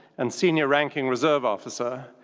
and senior ranking reserve officer,